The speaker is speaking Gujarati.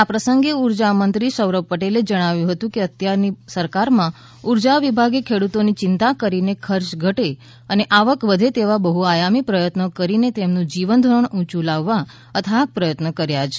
આ પ્રસંગે ઉર્જા મંત્રીશ્રી સૌરભ પટેલે જણાવ્યુ હતુ કે અત્યારની સરકારમાં ઉર્જા વિભાગે ખેડૂતોની ચિંતા કરીને ખર્ચ ઘટે અને આવક વઘે તેવા બહ્આયામી પ્રયત્નો કરીને તેમનું જીવનધોરણ ઉયું લાવવા અથાગ પ્રયત્નો કર્યા છે